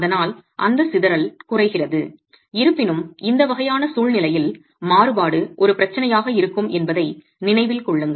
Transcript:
அதனால் அந்தச் சிதறல் குறைகிறது இருப்பினும் இந்த வகையான சூழ்நிலையில் மாறுபாடு ஒரு பிரச்சினையாக இருக்கும் என்பதை நினைவில் கொள்ளுங்கள்